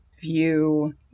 view